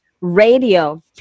Radio